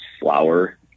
flour